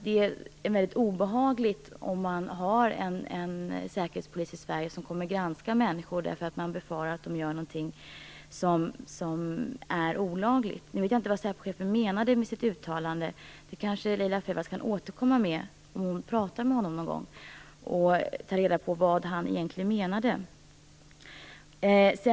Det är väldigt obehagligt om säkerhetspolisen i Sverige kommer att granska människor därför att man befarar att de gör någonting som är olagligt. Jag vet inte vad säpochefen menade med sitt uttalande. Det kanske Laila Freivalds kan återkomma med. Om hon pratar med honom någon gång kan hon väl ta reda på vad han egentligen menade.